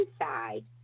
inside